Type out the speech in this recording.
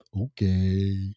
Okay